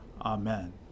Amen